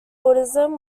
buddhism